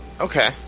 Okay